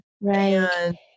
Right